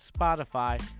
Spotify